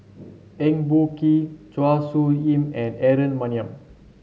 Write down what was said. Eng Boh Kee Chua Soo Khim and Aaron Maniam